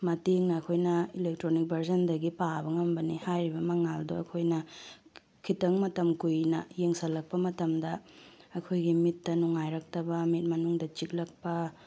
ꯃꯇꯦꯡꯅ ꯑꯩꯈꯣꯏꯅ ꯑꯦꯂꯦꯛꯇ꯭ꯔꯣꯅꯤꯀ ꯚꯥꯔꯖꯟꯗꯒꯤ ꯄꯥꯕ ꯉꯝꯕꯅꯤ ꯍꯥꯏꯔꯤꯕ ꯃꯉꯥꯜꯗꯣ ꯑꯩꯈꯣꯏꯅ ꯈꯤꯇꯪ ꯃꯇꯝ ꯀꯨꯏꯅ ꯌꯦꯡꯁꯤꯜꯂꯛꯄ ꯃꯇꯝꯗ ꯑꯩꯈꯣꯏꯒꯤ ꯃꯤꯠꯇ ꯅꯨꯡꯉꯥꯏꯔꯛꯇꯕ ꯃꯤꯠ ꯃꯅꯨꯡꯗ ꯆꯤꯛꯂꯛꯄ